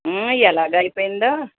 ఎలాగయిపోయిందో